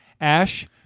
Ash